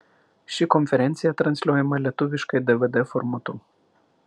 ši konferencija transliuojama lietuviškai dvd formatu